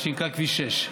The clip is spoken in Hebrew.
מה שנקרא "כביש 6",